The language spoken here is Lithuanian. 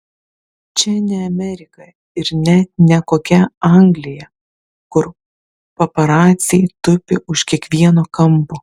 čia ne amerika ir net ne kokia anglija kur paparaciai tupi už kiekvieno kampo